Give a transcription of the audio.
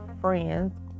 friends